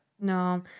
No